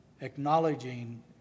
acknowledging